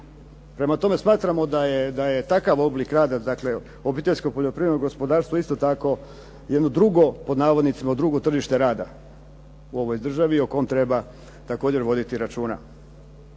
Prema tome, smatramo da je takav oblik rada, dakle obiteljsko poljoprivredno gospodarstvo isto tako jedno drugo, pod navodnicima drugo tržište rada u ovoj državi o kom treba također voditi računa.